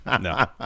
No